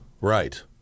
right